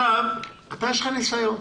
לך יש ניסיון.